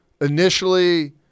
initially